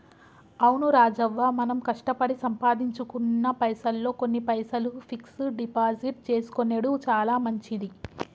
అవును రాజవ్వ మనం కష్టపడి సంపాదించుకున్న పైసల్లో కొన్ని పైసలు ఫిక్స్ డిపాజిట్ చేసుకొనెడు చాలా మంచిది